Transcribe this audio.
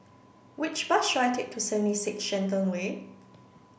which bus should I take to seventy six Shenton Way